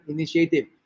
Initiative